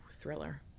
thriller